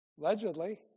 Allegedly